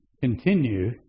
continue